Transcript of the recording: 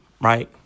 right